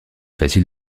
facile